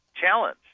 challenge